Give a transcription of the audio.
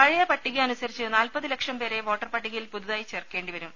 പഴയ പട്ടികയനുസരിച്ച് നാൽപ്പത് ലക്ഷം പേരെ വോട്ടർപട്ടികയിൽ പുതുതായി ചേർക്കേണ്ടി വരും